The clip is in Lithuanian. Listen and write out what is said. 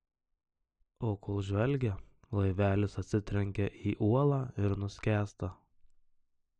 o kol žvelgia laivelis atsitrenkia į uolą ir nuskęsta